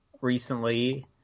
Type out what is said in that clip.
recently